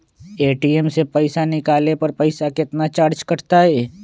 ATM से पईसा निकाले पर पईसा केतना चार्ज कटतई?